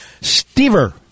Stever